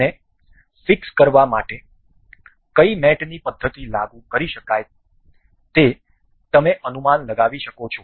આને ફિક્સ કરવા માટે કઈ મેટની પદ્ધતિ લાગુ કરી શકાય તે તમે અનુમાન લગાવી શકો છો